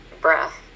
breath